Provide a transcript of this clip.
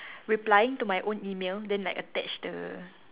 replying to my own email then like attach the